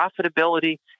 Profitability